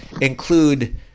include